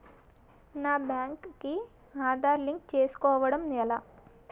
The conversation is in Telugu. నా బ్యాంక్ కి ఆధార్ లింక్ చేసుకోవడం ఎలా?